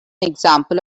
example